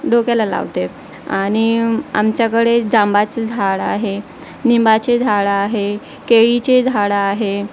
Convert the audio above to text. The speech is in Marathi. डोक्याला लावते आणि आमच्याकडे जांबाचं झाड आहे निंबाचे झाडं आहे केळीचे झाडं आहे